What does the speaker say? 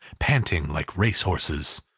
panting like race-horses.